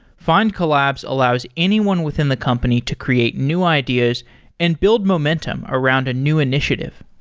findcollabs allows anyone within the company to create new ideas and build momentum around a new initiative.